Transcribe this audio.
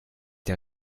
der